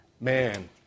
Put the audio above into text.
man